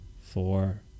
four